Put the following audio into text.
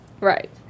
Right